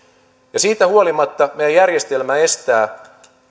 ja siitä huolimatta meidän järjestelmä estää